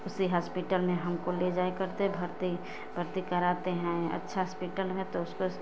उसी हॉस्पिटल में हमको ले जाए करती हैं भर्ती भर्ती कराते हैं अच्छा हॉस्पिटल है तो